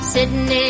Sitting